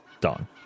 done